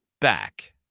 back